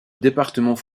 département